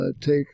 take